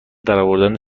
درآوردن